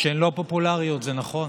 שהן לא פופולריות, זה נכון.